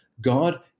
God